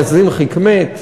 נאזים חכמת,